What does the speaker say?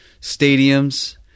stadiums